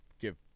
give